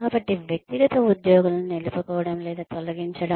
కాబట్టి వ్యక్తిగత ఉద్యోగులను నిలుపుకోవడం లేదా తొలగించడం